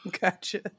Gotcha